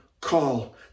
call